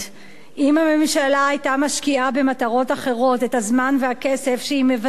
אם הממשלה היתה משקיעה במטרות אחרות את הזמן ואת הכסף שהיא מבזבזת